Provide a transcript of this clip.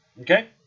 Okay